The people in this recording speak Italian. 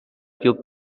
più